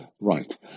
Right